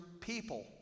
people